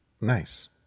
Nice